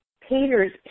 Peter's